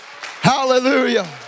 Hallelujah